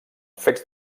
fets